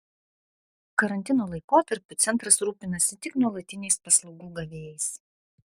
karantino laikotarpiu centras rūpinasi tik nuolatiniais paslaugų gavėjais